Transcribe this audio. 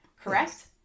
correct